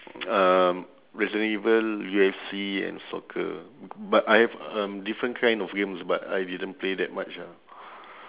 um resident evil U_F_C and soccer but I have um different kinds of games but I didn't play that much ah